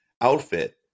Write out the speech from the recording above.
outfit